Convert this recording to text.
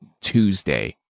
Tuesday